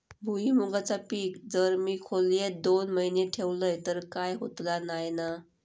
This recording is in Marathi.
भुईमूगाचा पीक जर मी खोलेत दोन महिने ठेवलंय तर काय होतला नाय ना?